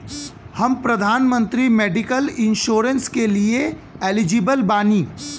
हम प्रधानमंत्री medical insurance के लिए एलिजिबल बानी?